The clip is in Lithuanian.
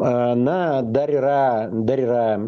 a na dar yra dar yra